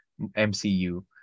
MCU